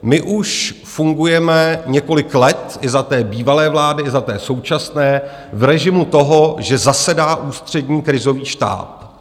My už fungujeme několik let, i za té bývalé vlády, i za té současné, v režimu toho, že zasedá Ústřední krizový štáb.